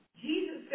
Jesus